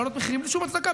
להעלות מחירים בלי שום הצדקה.